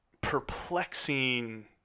perplexing